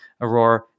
aurora